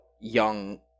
young